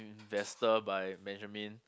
investor by Benjamin